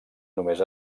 només